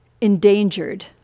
endangered